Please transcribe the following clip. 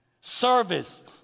Service